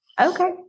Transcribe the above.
Okay